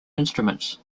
instruments